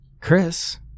Chris